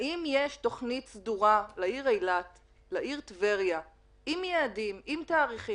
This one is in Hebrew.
האם יש תכנית סדורה לעיר אילת ולעיר טבריה עם יעדים ועם תאריכים